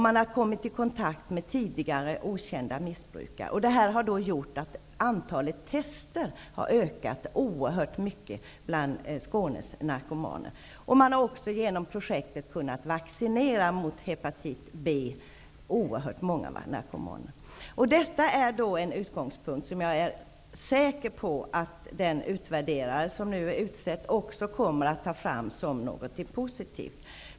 Man har kommit i kontakt med tidigare okända missbrukare. Detta har gjort att antalet tester har ökat kraftigt bland Skånes narkomaner. Man har också genom projektet kunnat vaccinera oerhört många narkomaner mot hepatit B. Jag är säker på att den person som nu är utsedd att utvärdera projektet kommer att betrakta också dessa faktum som något positivt.